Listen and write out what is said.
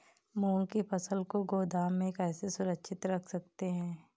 मूंग की फसल को गोदाम में कैसे सुरक्षित रख सकते हैं?